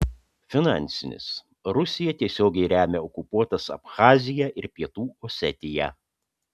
finansinis rusija tiesiogiai remia okupuotas abchaziją ir pietų osetiją